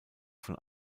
von